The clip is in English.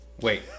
Wait